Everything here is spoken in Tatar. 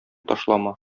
ташлама